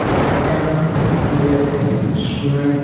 ପଢ଼୍ବାଟା ଗୁଟେ ଷ୍ଟୁଡ଼େଣ୍ଟ